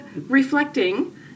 Reflecting